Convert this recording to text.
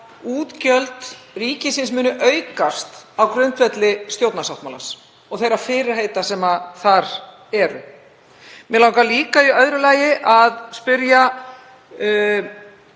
útgjöld ríkisins muni aukast á grundvelli stjórnarsáttmálans og þeirra fyrirheita sem þar eru? Mig langar líka í öðru lagi að spyrja,